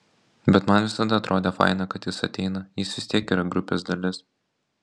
bet man visada atrodė faina kad jis ateina jis vis tiek yra grupės dalis